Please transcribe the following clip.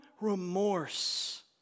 remorse